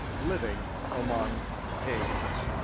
living among pagans.